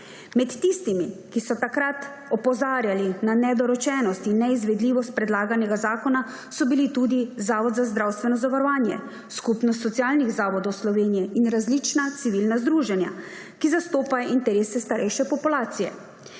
Med tistimi, ki so takrat opozarjali na nedorečenost in neizvedljivost predlaganega zakona so bili tudi Zavod za zdravstveno zavarovanje, Skupnost socialnih zavodov Slovenije in različna civilna združenja, ki zastopajo interese starejše populacije.